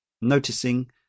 noticing